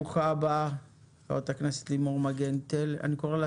ברוכה הבאה, חברת הכנסת לימור מגן תלם.